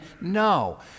No